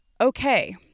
Okay